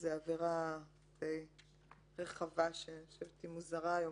זאת עבירה רחבה שהיא מוזרה היום